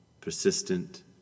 persistent